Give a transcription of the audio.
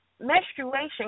menstruation